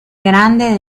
grande